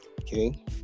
Okay